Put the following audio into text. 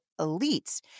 elites